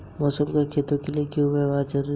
मौसम का खेतों के लिये क्या व्यवहार है?